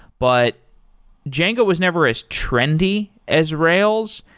but django was never as trendy as rails.